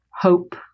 hope